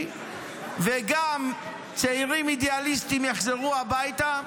וגם צעירים אידיאליסטים יחזרו הביתה,